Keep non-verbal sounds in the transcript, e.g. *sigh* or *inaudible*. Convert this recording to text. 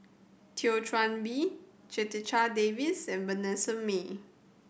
Thio *unintelligible* Bee *unintelligible* Davies and Vanessa Mae